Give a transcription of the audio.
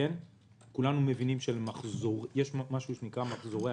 כולנו יודעים שיש מחזורי